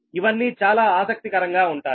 ఇవన్నీ చాలా ఆసక్తికరంగా ఉంటాయి